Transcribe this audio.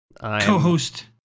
co-host